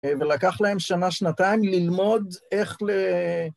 ולקח להם שנה-שנתיים ללמוד איך ל...